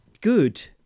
good